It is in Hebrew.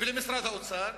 ולמשרד האוצר,